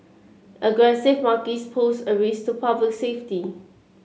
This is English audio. aggressive monkeys pose a risk to public safety